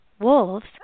wolves